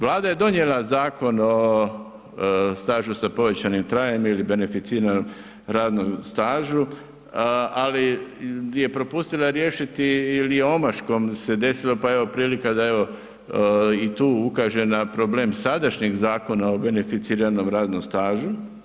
Vlada je donijela Zakon o stažu sa povećanim trajanjem ili beneficiranom radnom stažu, ali je propustila riješiti ili je omaškom se desilo pa evo prilika da evo i tu ukažem na problem sadašnjem Zakona o beneficiranom radnom stažu.